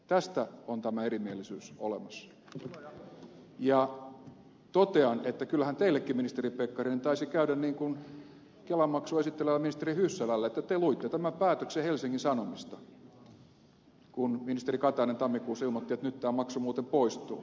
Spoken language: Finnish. tästä on tämä erimielisyys olemassa ja totean että kyllähän teillekin ministeri pekkarinen taisi käydä niin kuin kelamaksua esittelevälle ministeri hyssälälle että te luitte tämän päätöksen helsingin sanomista kun ministeri katainen tammikuussa ilmoitti että nyt tämä maksu muuten poistuu